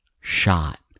shot